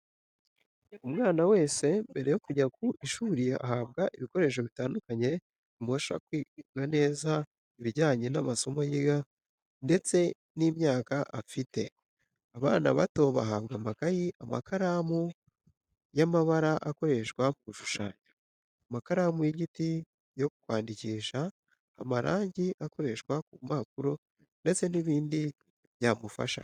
Umwana wese mbere yo kujya ku ishuri ahabwa ibikoresho bitandukanye bimufasha kwiga neza bijyanye n'amasomo yiga ndetse n'imyaka afite, abana bato bahabwa amakaye, amakaramu y'amabara akoreshwa mu gushushanya, amakaramu y'igiti yo kwandikisha, amarangi akoreshwa ku mpapuro ndetse n'ibindi byamufasha.